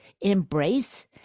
embrace